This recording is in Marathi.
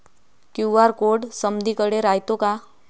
क्यू.आर कोड समदीकडे रायतो का?